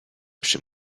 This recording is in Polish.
przy